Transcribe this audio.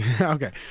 Okay